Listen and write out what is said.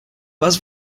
was